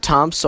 Tom